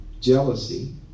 jealousy